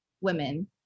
women